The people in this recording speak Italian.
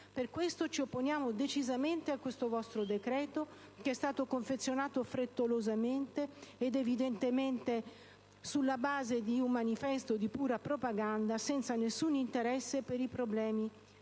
Per questo, ci opponiamo decisamente a questo vostro decreto, che è stato confezionato frettolosamente e, evidentemente, sulla base di un manifesto di pura propaganda, senza alcun interesse per i problemi